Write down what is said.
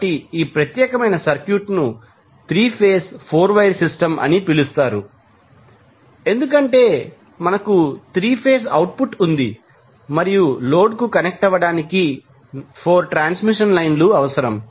కాబట్టి ఈ ప్రత్యేకమైన సర్క్యూట్ను 3 ఫేజ్ 4 వైర్ సిస్టమ్ అని పిలుస్తారు ఎందుకంటే మనకు 3 ఫేజ్ అవుట్పుట్ ఉంది మరియు లోడ్కు కనెక్ట్ అవ్వడానికి 4 ట్రాన్స్మిషన్ లైన్ లు అవసరం